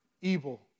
Evil